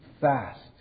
Fast